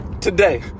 today